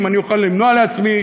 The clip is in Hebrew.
אם אני אוכל למנוע מעצמי,